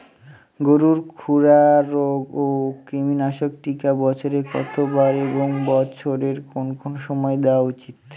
গরুর খুরা রোগ ও কৃমিনাশক টিকা বছরে কতবার এবং বছরের কোন কোন সময় দেওয়া উচিৎ?